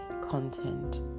content